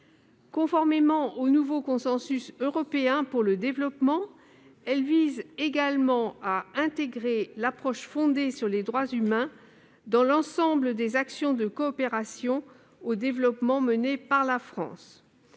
Conformément au nouveau consensus européen pour le développement, elle vise également à intégrer l'approche fondée sur les droits humains dans l'ensemble des actions de coopération au développement menées par la France.